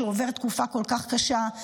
שעובר תקופה כל כך קשה,